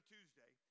Tuesday